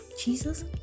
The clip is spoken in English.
Jesus